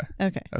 okay